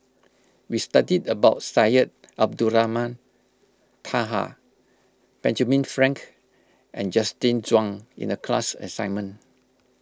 we studied about Syed Abdulrahman Taha Benjamin Frank and Justin Zhuang in the class assignment